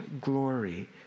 glory